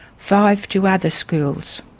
five to other schools.